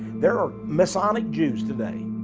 there are messianic jews today,